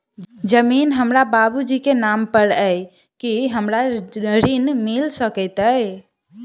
जमीन हमरा बाबूजी केँ नाम पर अई की हमरा ऋण मिल सकैत अई?